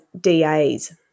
DAs